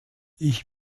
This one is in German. ich